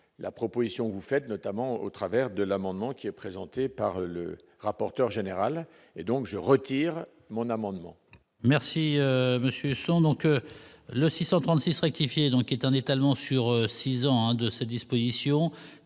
la proposition que vous faites, notamment au travers de l'amendement, qui est présenté par le rapporteur général et donc je retire mon amendement. Merci Monsieur sont donc le 636 rectifier, donc qui est un étalement sur 6 ans de ces dispositions